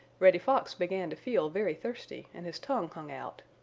reddy fox began to feel very thirsty, and his tongue hung out.